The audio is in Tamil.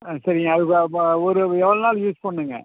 ஆ சரிங்க அது பா இப்போ ஒரு எவ்வளோ நாளைக்கு யூஸ் பண்ணுங்கள்